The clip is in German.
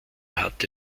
hatte